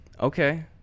Okay